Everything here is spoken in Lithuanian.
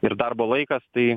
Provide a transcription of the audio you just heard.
ir darbo laikas tai